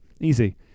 Easy